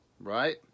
right